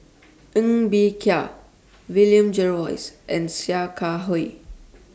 Ng Bee Kia William Jervois and Sia Kah Hui